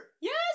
Yes